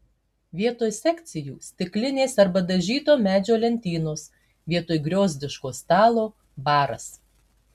vietoj sekcijų stiklinės arba dažyto medžio lentynos vietoj griozdiško stalo baras